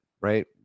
right